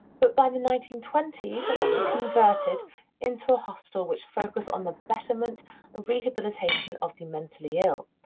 but by the nineteen twenty s, it was actually converted into a hospital which focused on the betterment and rehabilitation of the mentally ill.